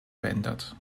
verändert